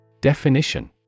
Definition